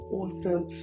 awesome